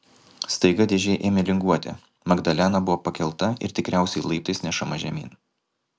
staiga dėžė ėmė linguoti magdalena buvo pakelta ir tikriausiai laiptais nešama žemyn